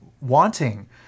wanting